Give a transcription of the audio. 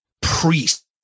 priest